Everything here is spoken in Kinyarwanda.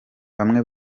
bamwe